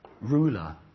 ruler